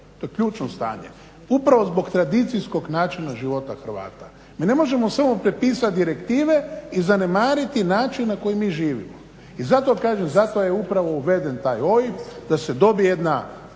To je ključno stanje upravo zbog tradicijskog načina života Hrvata. Mi ne možemo samo prepisati direktive i zanemariti način na koji mi živimo i zato kažem, zato je upravo uveden taj OIB da se dobije jedna